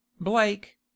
blake